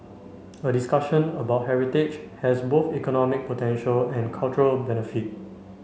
a discussion about heritage has both economic potential and cultural benefit